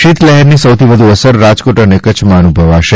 શીતલહેરની સૌથી વધુ અસર રાજકોટ અને કચ્છમાં અનુભવાશે